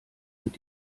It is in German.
mit